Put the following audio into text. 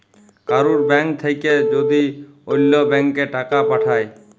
কারুর ব্যাঙ্ক থাক্যে যদি ওল্য ব্যাংকে টাকা পাঠায়